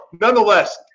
nonetheless